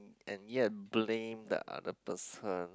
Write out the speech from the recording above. and yet blame the other person